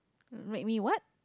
make me what